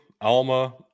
Alma